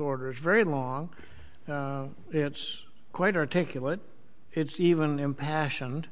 order is very long it's quite articulate it's even impassioned